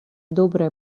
добрая